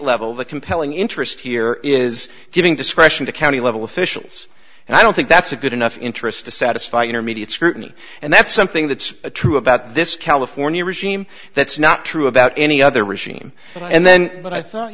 level the compelling interest here is giving discretion to county level officials and i don't think that's a good enough interest to satisfy intermediate scrutiny and that's something that's true about this california regime that's not true about any other regime and then what i thought